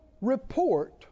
report